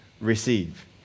receive